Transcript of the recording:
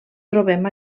trobem